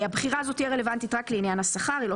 הבחירה הזאת תהיה רלוונטית רק לעניין השכר והיא לא